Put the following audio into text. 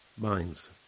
Minds